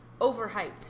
overhyped